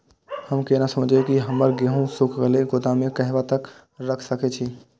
हम केना समझबे की हमर गेहूं सुख गले गोदाम में कहिया तक रख सके छिये?